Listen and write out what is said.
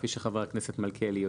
כפי שיודע חבר הכנסת מלכיאלי,